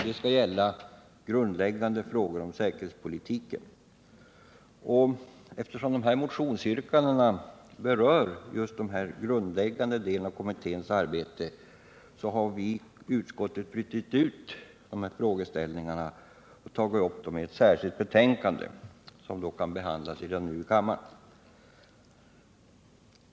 Det skall gälla grundläggande frågor om säkerhetspolitiken. Eftersom dessa motionsyrkanden berör just denna grundläggande del av kommitténs arbete, har vi i utskottet brutit ut dessa frågeställningar och tagit upp dem i ett särskilt betänkande, som kan behandlas redan nu i kammaren.